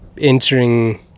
entering